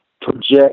project